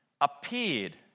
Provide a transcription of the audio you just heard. appeared